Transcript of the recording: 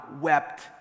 wept